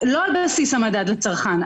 לא על בסיס המדד לצרכן.